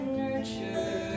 nurture